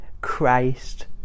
Christ